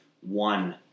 one